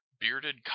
bearded